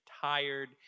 tired